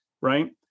Right